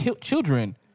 children